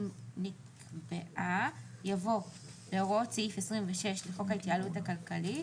אם נקבעה" יבוא "להוראות סעיף 26 לחוק ההתייעלות הכלכלית